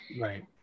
Right